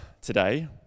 today